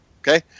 Okay